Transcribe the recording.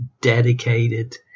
dedicated